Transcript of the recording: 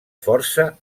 força